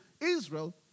Israel